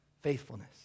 faithfulness